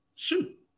Shoot